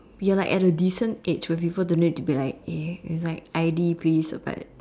you are like at a decent age where people don't need to be like eh is like I_D please or what